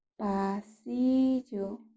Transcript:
Pasillo